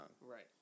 right